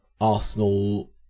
Arsenal